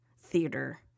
theater